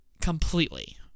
completely